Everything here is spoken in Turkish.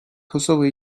kosova